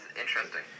interesting